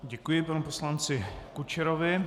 Děkuji panu poslanci Kučerovi.